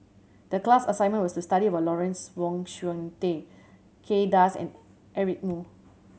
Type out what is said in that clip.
the class assignment was to study about Lawrence Wong Shyun Tsai Kay Das and Eric Moo